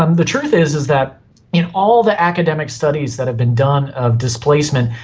um the truth is is that in all the academic studies that have been done of displacement,